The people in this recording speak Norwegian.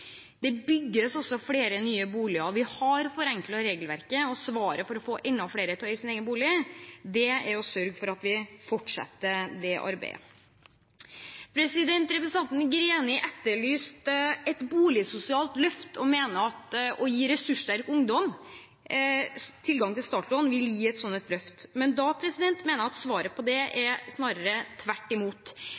Det bygges også flere nye boliger. Vi har forenklet regelverket, og svaret for å få enda flere til å eie sin egen bolig er å sørge for at vi fortsetter det arbeidet. Representanten Greni etterlyste et boligsosialt løft, og mener at det å gi ressurssterk ungdom tilgang til startlån vil være et slikt løft. Jeg mener at svaret på det er snarere tvert imot.